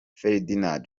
ferdinand